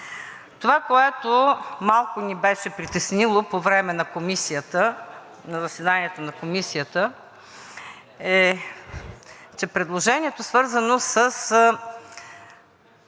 Това, което малко ни беше притеснило по време на заседанието на Комисията, е, че предложението, свързано с